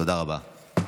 תודה רבה.